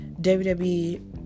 WWE